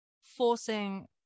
forcing